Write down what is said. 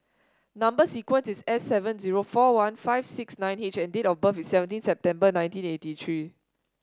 number sequence is S seven zero four one five six nine H and date of birth is seventeen September nineteen eighty three